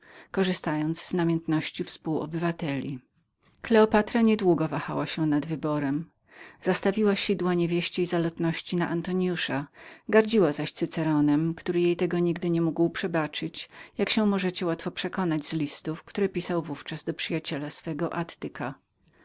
korzystało z namiętności drugich kleopatra nie długo wahała się nad wyborem zastawiła sidła niewieściej zalotności na antoniusza gardziła zaś cyceronem który jej tego nigdy nie mógł przebaczyć jak się możecie łatwo przekonać z listów jakie pisał w ówczas do przyjaciela swego